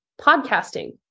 podcasting